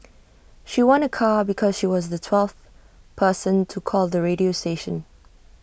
she won A car because she was the twelfth person to call the radio station